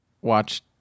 watch